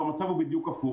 המצב בדיוק הפוך,